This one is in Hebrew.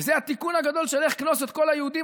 וזה התיקון הגדול של "לך כנוס את כל היהודים".